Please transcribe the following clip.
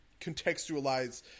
contextualize